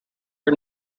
for